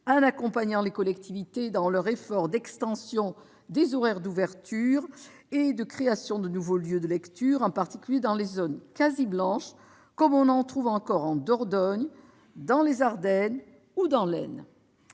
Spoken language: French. en accompagnant les collectivités territoriales dans leur effort d'extension des horaires d'ouverture et de création de nouveaux lieux de lecture, en particulier dans les zones quasi blanches, comme on en trouve encore en Dordogne, dans les Ardennes ou dans l'Aisne.